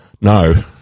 No